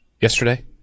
yesterday